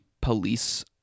police